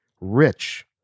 rich